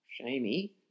shamey